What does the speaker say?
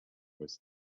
was